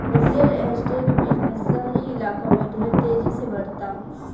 real estate business शहरी इलाका में ढेर तेजी से बढ़ता